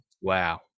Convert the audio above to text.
wow